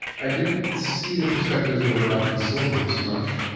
i didn't see the perspectives of iraqi soldiers much.